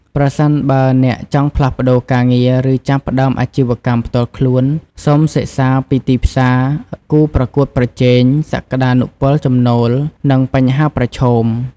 ប្រសិនបើអ្នកចង់ផ្លាស់ប្ដូរការងារ ឬចាប់ផ្ដើមអាជីវកម្មផ្ទាល់ខ្លួន សូមសិក្សាពីទីផ្សារ គូប្រកួតប្រជែង សក្ដានុពលចំណូល និងបញ្ហាប្រឈម។